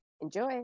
Enjoy